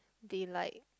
daylight